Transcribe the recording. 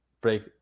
break